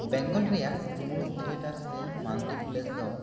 ᱵᱮᱝᱜᱚᱞ ᱨᱮᱭᱟᱜ ᱢᱩᱲᱩᱛ ᱛᱷᱤᱭᱴᱟᱨ ᱥᱮ ᱢᱟᱞᱴᱤᱯᱞᱮᱠᱥ ᱫᱚ